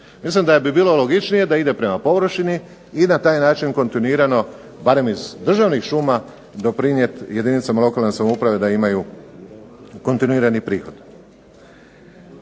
Mislim da bi bilo logičnije da ide prema površini i na taj način kontinuirano, barem iz državnih šuma doprinijeti jedinicama lokalne samouprave da imaju kontinuirani prihod.